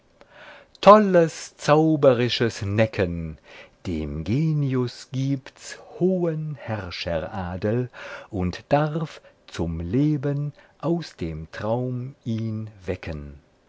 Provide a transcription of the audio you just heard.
tolles zauberisches necken dem genius gibt's hohen herrscheradel und darf zum leben aus dem traum ihn wecken